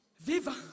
Viva